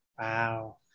wow